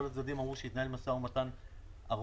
כל הצדדים אמרו שהתנהל משא ומתן ארוך.